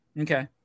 Okay